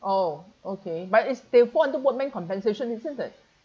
oh okay but it's they fall under workmen compensation isn't it